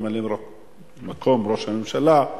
ממלא-מקום ראש הממשלה,